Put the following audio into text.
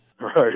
right